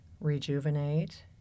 rejuvenate